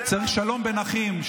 צריך שלום בין אחים.